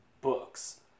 books